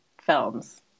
films